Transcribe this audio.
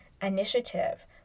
initiative